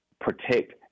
protect